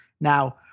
Now